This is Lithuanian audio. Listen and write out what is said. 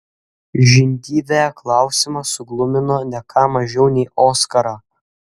žindyvę klausimas suglumino ne ką mažiau nei oskarą